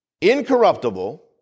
incorruptible